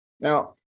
Now